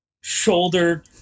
shoulder